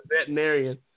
veterinarian